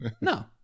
no